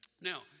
Now